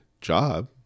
job